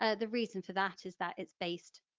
ah the reason for that is that it's based,